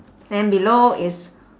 then below is